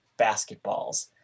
basketballs